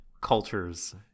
cultures